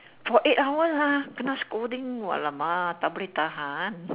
for eight hours lah kena scolding !wah! !alamak! tak boleh tahan